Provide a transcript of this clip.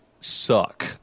suck